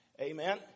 amen